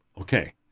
okay